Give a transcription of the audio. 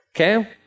Okay